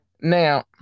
Now